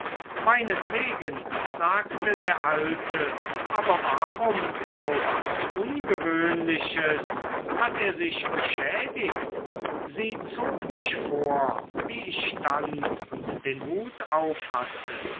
meinetwegen sagte der alte aber warum so was ungewöhnliches hat er sich beschädigt sie zog mich vor wie ich stand und den hut aufhatte